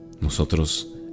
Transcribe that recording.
Nosotros